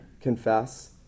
confess